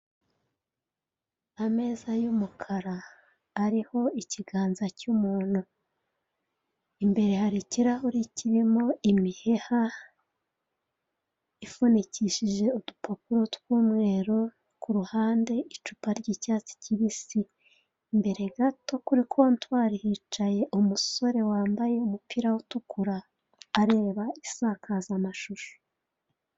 Ameza y'umukara ariho ikiganza cy'umuntu, imbere hari ikirahure kirimo imiheha ibifunikishije udupapuro tw'umweru ku ruhande icupa ry'icyatsi kibisi, imbere gato kuri kontwari hicaye umusore wambaye umupira utukura areba isakazamashusho.